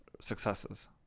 successes